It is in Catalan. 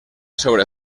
sobre